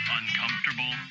uncomfortable